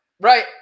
right